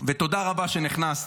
ותודה רבה שנכנסת,